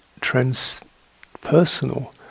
transpersonal